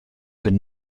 been